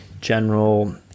general